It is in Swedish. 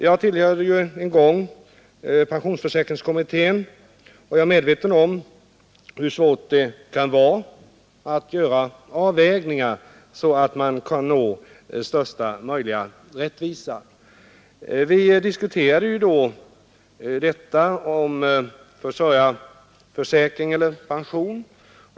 Jag tillhörde en gång pensionsförsäkringskommittén och känner till hur svårt det kan vara att göra sådana avvägningar att man når största möjliga rättvisa. Vi diskuterade då frågan om försörjarförsäkring eller pension.